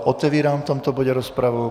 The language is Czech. Otevírám v tomto bodě rozpravu.